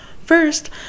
first